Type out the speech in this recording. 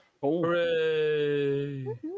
Hooray